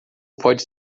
pode